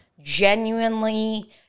genuinely